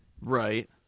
Right